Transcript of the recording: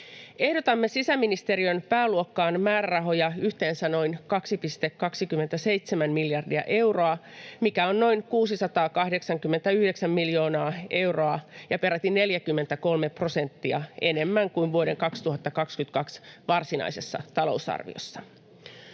Ehdotamme sisäministeriön pääluokkaan määrärahoja yhteensä noin 2,27 miljardia euroa, mikä on noin 689 miljoonaa euroa ja peräti 43 prosenttia enemmän kuin vuoden 2022 varsinaisessa talousarviossa.